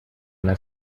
una